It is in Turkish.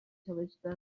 çalıştı